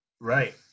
Right